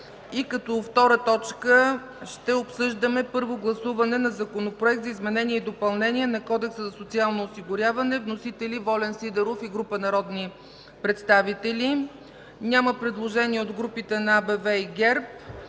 като втора точка ще обсъждаме първо гласуване на Законопроекта за изменение и допълнение на Кодекса за социално осигуряване. Вносители са Волен Сидеров и група народни представители. Няма предложения от групите на АБВ и ГЕРБ.